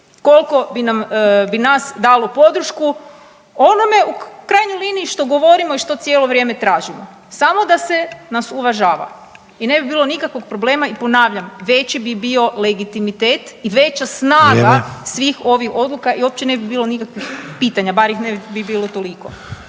koliko bi nas dalo podršku onome u krajnjoj liniji što govorimo i što cijelo vrijeme tražimo, samo da se nas uvažava i ne bilo nikakvog problema. I ponavljam, veći bi bio legitimitet i veća snaga …/Upadica Sanader: Vrijeme./… svih ovih odluka i uopće ne bi bilo nikakvih pitanja, bar ih ne bi bilo toliko.